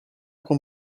con